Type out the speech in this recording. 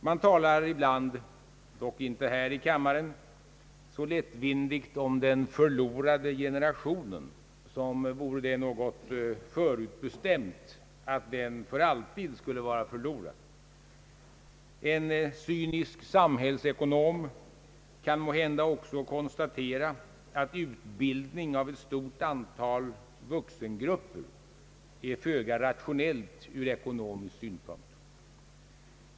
Man talar ibland — dock inte här i kammaren — så lättvindigt om den »förlorade» generationen som vore det något förutbestämt att den för alltid skulle vara förlorad. En cynisk samhällsekonom kan måhända också konstatera att utbildning av ett stort antal vuxengrupper är föga rationellt ur ekoromisk synpunkt.